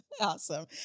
Awesome